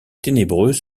ténébreux